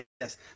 yes